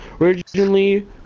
originally